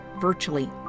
virtually